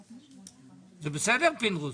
זה בסדר פינדרוס,